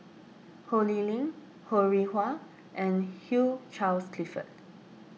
Ho Lee Ling Ho Rih Hwa and Hugh Charles Clifford